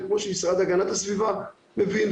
וכמו שהמשרד להגנת הסביבה מבין,